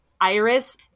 Iris